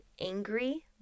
angry